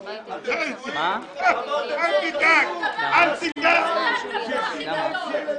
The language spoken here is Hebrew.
אז למה צריך עכשיו את זה?